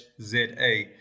za